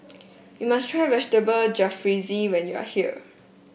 you must try Vegetable Jalfrezi when you are here